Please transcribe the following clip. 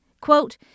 Quote